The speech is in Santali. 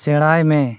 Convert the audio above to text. ᱥᱮᱬᱟᱭ ᱢᱮ